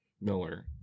Miller